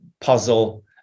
puzzle